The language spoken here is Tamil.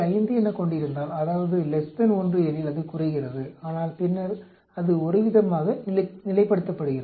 5 எனக் கொண்டிருந்தால் அதாவது 1 எனில் அது குறைகிறது ஆனால் பின்னர் அது ஒருவிதமாக நிலைப்படுத்தப்படுகிறது